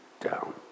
down